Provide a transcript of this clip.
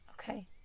Okay